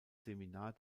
seminar